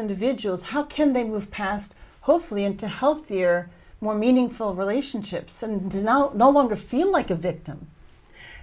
individuals how can they move past hopefully into healthier more meaningful relationships and no longer feel like a victim